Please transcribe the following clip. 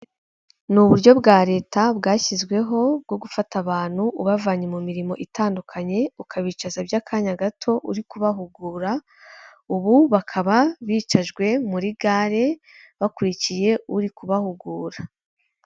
Ni uburyo bwa leta bwashyizweho bwo gufata abantu ubavanye mu mirimo itandukanye, ukabicaza by'akanya gato uri kubahugura, ubu bakaba bicajwe muri gare, bakurikiye uri kubahugura.